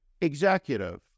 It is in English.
executive